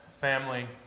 family